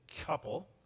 couple